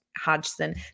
Hodgson